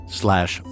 slash